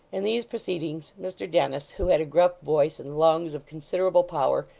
in these proceedings, mr dennis, who had a gruff voice and lungs of considerable power,